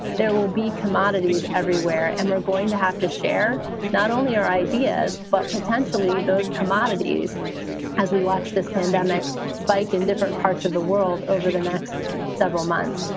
there will be commodities everywhere. and we're going to have to share not only our ideas, but potentially those commodities as we watch this pandemic spike in different parts of the world over the next several months.